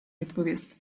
відповісти